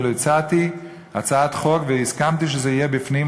אפילו הצעתי הצעת חוק והסכמתי שזה יהיה בפנים,